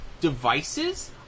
devices